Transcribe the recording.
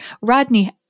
Rodney